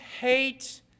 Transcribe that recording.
hate